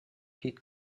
heat